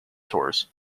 tours